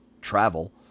travel